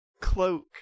cloak